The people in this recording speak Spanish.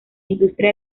industria